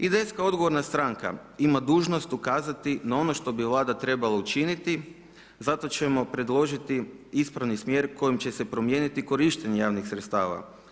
IDS kao odgovorna stranka ima dužnost ukazati na ono što bi Vlada trebala učiniti, zato ćemo predložiti ispravni smjer kojim će se promijeniti korištenje javnih sredstava.